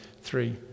three